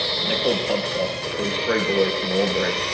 and they're called podd socks. it's these three boys from albury.